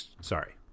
sorry